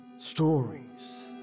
Stories